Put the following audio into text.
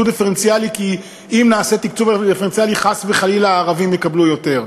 דיפרנציאלי כי אם נעשה תקצוב דיפרנציאלי חס וחלילה הערבים יקבלו יותר.